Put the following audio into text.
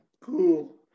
Cool